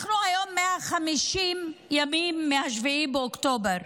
היום זה 150 ימים מאז 7 באוקטובר,